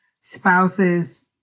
spouses